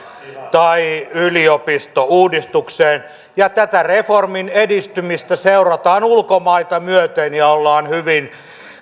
tai yliopistouudistukseen ja tätä reformin edistymistä seurataan ulkomaita myöten ja siitä ollaan hyvin